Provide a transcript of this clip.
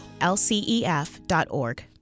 lcef.org